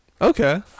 Okay